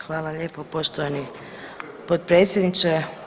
Hvala lijepa poštovani potpredsjedniče.